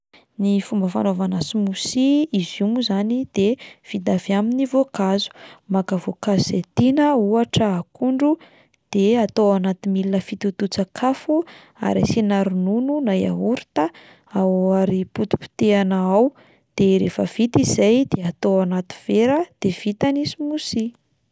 Ny fomba fanaovana smoothie: izy io moa izany de vita avy amin'ny voankazo, maka voankazo izay tiana ohatra akondro de atao anaty milina fitotoan-tsakafo ary asiana ronono na yaourt ary potipotehana ao de rehefa vita izay de atao anaty vera de vita ny smoothie.